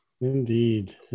indeed